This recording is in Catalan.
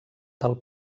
del